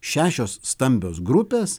šešios stambios grupės